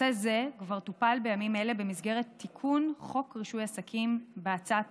נושא זה כבר טופל בימים אלה במסגרת תיקון חוק רישוי עסקים בהצעת